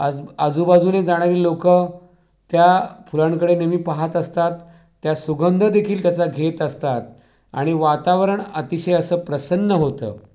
आज आजूबाजूने जाणारी लोकं त्या फुलांकडे नेहमी पाहत असतात त्या सुगंधदेखील त्याचा घेत असतात आणि वातावरण अतिशय असं प्रसन्न होतं